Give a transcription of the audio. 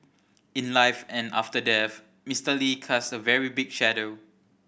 in life and after death Mister Lee casts a very big shadow